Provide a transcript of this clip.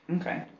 Okay